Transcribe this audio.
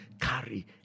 carry